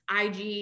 IG